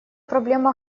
проблема